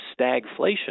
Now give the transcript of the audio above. stagflation